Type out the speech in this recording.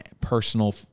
personal